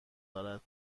دارد